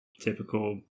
typical